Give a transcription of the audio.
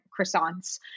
croissants